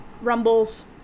Rumbles